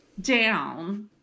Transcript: down